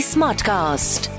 Smartcast